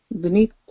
beneath